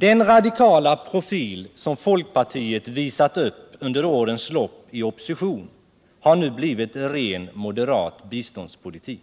Den radikala profil som folkpartiet visat upp under årens lopp i opposition har nu blivit ren moderat biståndspolitik.